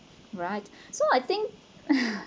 right so I think